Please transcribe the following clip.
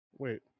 Wait